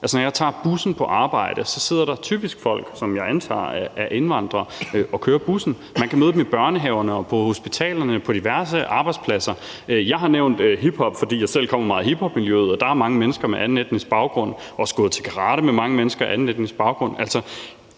når jeg tager bussen på arbejde, sidder der typisk folk, som jeg antager er indvandrere, og kører bussen. Man kan møde dem i børnehaverne og på hospitalerne og på diverse arbejdspladser. Jeg har nævnt hiphop, fordi jeg selv kommer meget i hiphopmiljøet, og der er mange mennesker med anden etnisk baggrund. Jeg har også gået til karate med mange mennesker af anden etnisk baggrund.